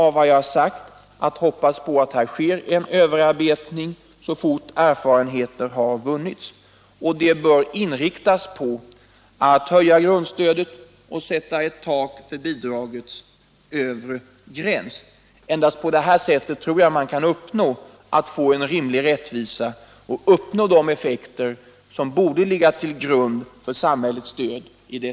På andra områden har vi ju sett att den nya borgerliga regeringen lägger större bördor på dem som har det sämst i samhället. Det vore olyckligt om vi skulle diskriminera de stora grupperna i samhället även när det gäller förutsättningarna att göra sig gällande i opinionsbildningen.